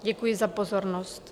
Děkuji za pozornost.